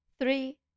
three